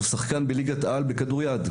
גיא הוא ראש השיטה דרגת דאן 10 מהבודדים בעולם,